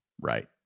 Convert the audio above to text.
Right